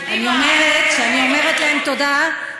אני אומרת שאני אומרת להם תודה,